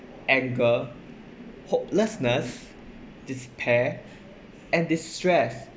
and the hopelessness despair and distress